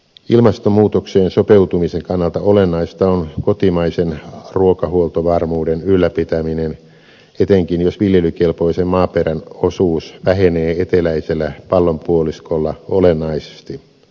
ilmastonmuutokseen sopeutumisen kannalta olennaista on kotimaisen ruokahuoltovarmuuden ylläpitäminen etenkin jos viljelykelpoisen maaperän osuus vähenee eteläisellä pallonpuoliskolla olennaisesti